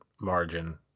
margin